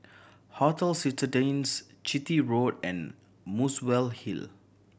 Hotel Citadines Chitty Road and Muswell Hill